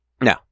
No